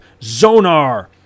zonar